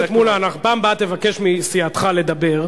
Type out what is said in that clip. חבר הכנסת מולה, בפעם הבאה תבקש מסיעתך לדבר,